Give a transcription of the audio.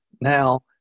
now